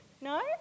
No